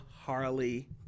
Harley